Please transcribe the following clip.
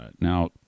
now